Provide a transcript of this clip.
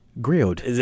grilled